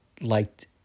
liked